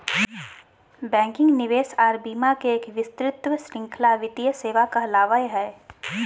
banking, निवेश आर बीमा के एक विस्तृत श्रृंखला वित्तीय सेवा कहलावय हय